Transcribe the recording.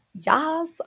Yes